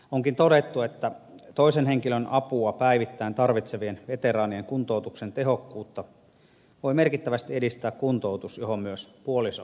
onkin todettu että toisen henkilön apua päivittäin tarvitsevien veteraanien kuntoutuksen tehokkuutta voi merkittävästi edistää kuntoutus johon myös puoliso osallistuu